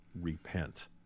repent